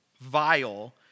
vile